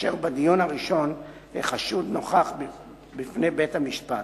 ובדיון הראשון החשוד נוכח בפני בית-המשפט.